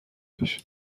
بشه